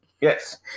Yes